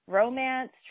romance